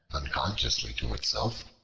unconsciously to himself,